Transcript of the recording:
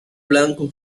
blanco